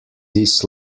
this